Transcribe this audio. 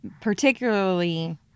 particularly